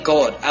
God